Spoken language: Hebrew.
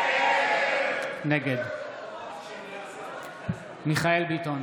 נגד מיכאל מרדכי ביטון,